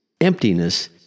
Emptiness